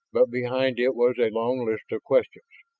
but behind it was a long list of questions.